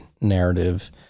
narrative